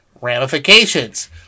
ramifications